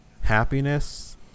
Happiness